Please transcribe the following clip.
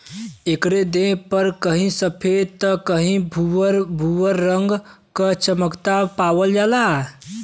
एकरे देह पे कहीं सफ़ेद त कहीं भूअर भूअर रंग क चकत्ता पावल जाला